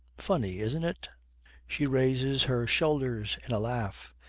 funny, isn't it she raises her shoulders in a laugh.